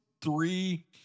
three